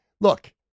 look